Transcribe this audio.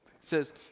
says